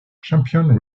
champion